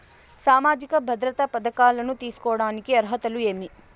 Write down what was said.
సామాజిక భద్రత పథకాలను తీసుకోడానికి అర్హతలు ఏమి?